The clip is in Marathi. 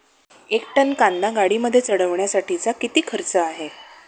एक टन कांदा गाडीमध्ये चढवण्यासाठीचा किती खर्च आहे?